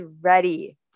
ready